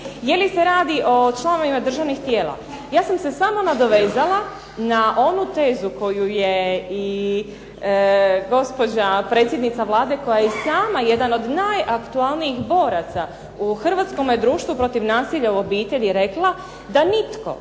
je li se radi o članovima državnih tijela. Ja sam se samo nadovezala na onu tezu koju je i gospođa predsjednica Vlade koja je i sama jedan od najaktualnijih boraca u hrvatskome društvu protiv nasilja u obitelji rekla da nitko